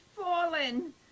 fallen